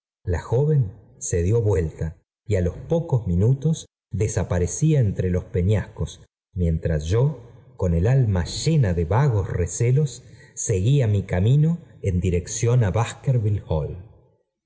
la joven se dió vuelta y á los pocos minutos desaparecía entre los peñascos mientras yo con el alma llena de vagos recelos seguía mi oamino en dirección á